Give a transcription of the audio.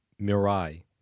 Mirai